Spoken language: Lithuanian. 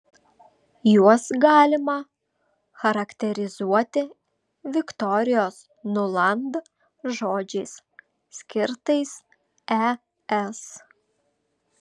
juos galima charakterizuoti viktorijos nuland žodžiais skirtais es